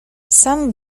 sam